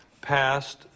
passed